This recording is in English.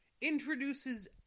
introduces